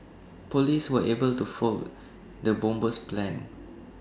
Police were able to foil the bomber's plans